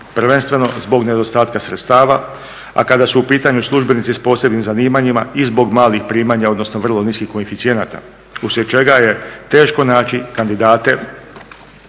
prvenstveno zbog nedostatka sredstava, a kada su u pitanju službenici s posebnim zanimanjima i zbog malih primanja odnosno vrlo niskih koeficijenata, uslijed čega je teško naći kandidate